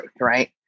right